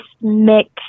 mix